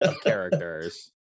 characters